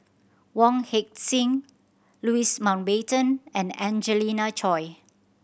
Wong Heck Sing Louis Mountbatten and Angelina Choy